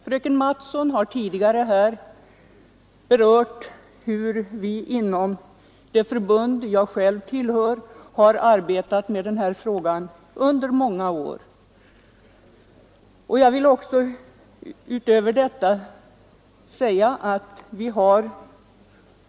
Fröken Mattson har tidigare berört hur vi inom det förbund som också jag tillhör har arbetat med denna fråga under många år.